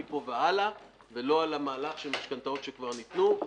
מפה והלאה, ולא על המהלך של משכנתאות שכבר ניתנו.